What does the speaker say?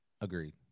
Agreed